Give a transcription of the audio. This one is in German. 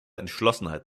entschlossenheit